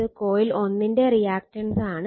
ഇത് കോയിൽ 1 ന്റെ റിയാക്ക്റ്റൻസാണ്